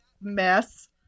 mess